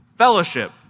fellowship